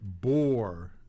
bore